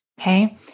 okay